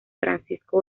francisco